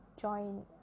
join